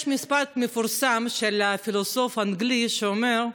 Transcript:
יש משפט מפורסם של פילוסוף אנגלי שאומר: